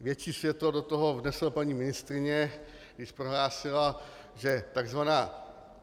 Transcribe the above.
Větší světlo do toho vnesla paní ministryně, když prohlásila, že tzv.